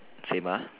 same uh